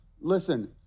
listen